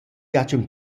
jachen